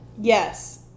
Yes